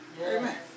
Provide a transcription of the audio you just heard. Amen